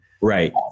Right